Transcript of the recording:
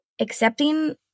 accepting